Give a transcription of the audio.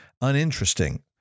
uninteresting